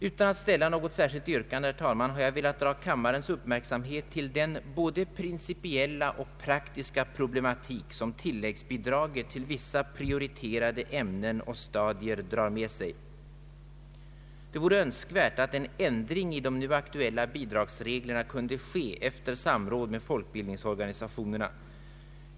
Utan att ställa något särskilt yrkande, herr talman, har jag velat dra kammarens uppmärksamhet till den prin cipiella och praktiska problematik som tilläggsbidraget till vissa prioriterade ämnen och stadier för med sig. Det vore önskvärt att en ändring i de nu aktuella bidragsreglerna kunde ske efter samråd med folkbildningsorganisationerna.